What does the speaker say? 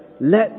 let